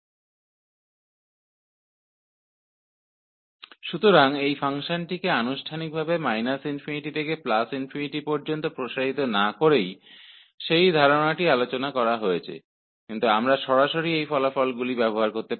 तो जैसा कि पीछे चर्चा की गई है इस फ़ंक्शन को औपचारिक रूप से −∞ से ∞ तक विस्तारित किए बिना हम इन परिणामों का सीधे उपयोग कर सकते हैं